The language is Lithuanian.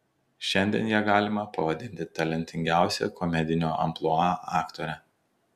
šiandien ją galima pavadinti talentingiausia komedinio amplua aktore